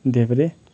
देब्रे